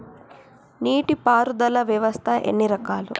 నీటి పారుదల వ్యవస్థ ఎన్ని రకాలు?